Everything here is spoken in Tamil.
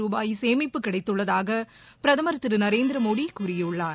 ரூபாய் சேமிப்பு கிடைத்துள்ளதாகபிரதமர் திருநரேந்திரமோடிகூறியுள்ளார்